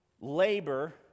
labor